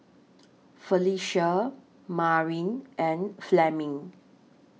Phylicia Maren and Fleming